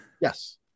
Yes